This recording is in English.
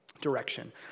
direction